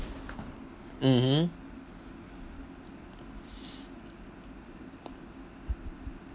mmhmm